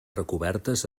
recobertes